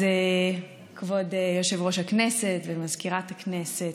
אז כבוד יושב-ראש הכנסת ומזכירת הכנסת,